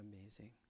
amazing